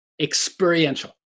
experiential